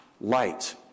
light